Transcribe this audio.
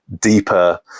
deeper